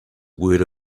word